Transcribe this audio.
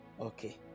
Okay